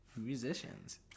Musicians